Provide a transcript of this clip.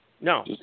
No